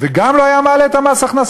וגם לא היה מעלה את מס הכנסה.